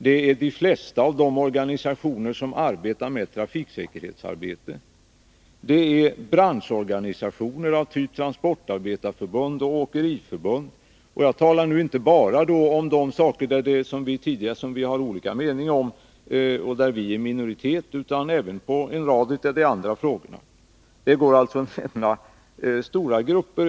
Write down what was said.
Det är de flesta av de organisationer som arbetar med trafiksäkerhetsfrågor. Det är branschorganisationer av typ Transportarbetareförbundet och Åkeriförbundet. Och jag talar nu inte bara om de saker som vi har olika meningar om och där vi är i minoritet, utan även om en rad av de andra frågorna. Det går alltså att nämna stora grupper.